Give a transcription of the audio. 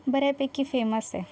बऱ्यापैकी फेमस आहे